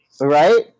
Right